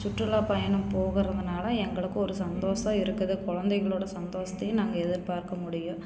சுற்றுலா பயணம் போகறதுனால எங்களுக்கு ஒரு சந்தோஷம் இருக்குது குழந்தைகளோட சந்தோஷத்தையும் நாங்கள் எதிர்பார்க்க முடியும்